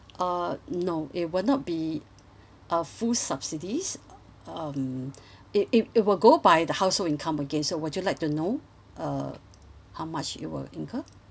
uh no it will not be a full subsidies um it~ it will go by the household income again so would you like to know uh how much you will incur